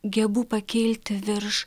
gebu pakilti virš